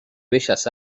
bellas